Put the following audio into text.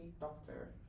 doctor